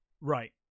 Right